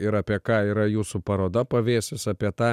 ir apie ką yra jūsų paroda pavėsis apie tą